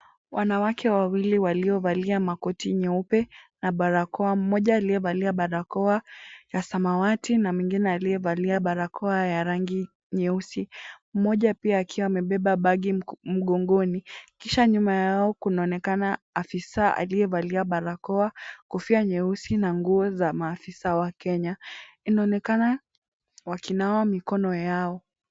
Wanawake wawili waliovalia makoti nyeupe na barakoa, mmoja aliyebalia barakoa ya samawati na mwingine aliyebalia barakoa ya rangi nyeusi. Mmoja pia akiwa amebeba buggy mgongoni. Kisha nyuma yao kunaonekana afisa aliyebalia barakoa kofia nyeusi na nguo za maafisa wa Kenya. Inaonekana wakinawa mikono yao.